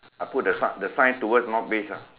I put the sign the sign towards north beach ah